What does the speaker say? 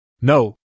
No